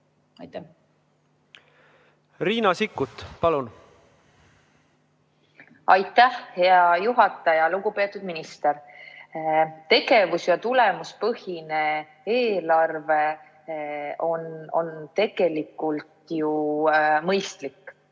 Riina Sikkut, palun! (Kaugühendus)Aitäh, hea juhataja! Lugupeetud minister! Tegevus‑ ja tulemuspõhine eelarve on tegelikult ju mõistlik,